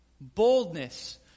boldness